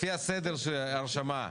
לפי סדר ההרשמה.